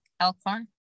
Alcorn